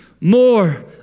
more